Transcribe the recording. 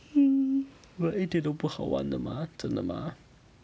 那一点都不好玩的吗真的吗